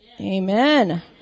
Amen